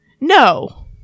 No